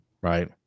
right